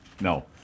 no